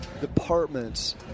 departments